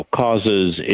causes